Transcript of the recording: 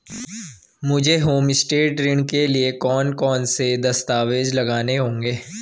मुझे होमस्टे ऋण के लिए कौन कौनसे दस्तावेज़ लगाने होंगे?